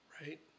Right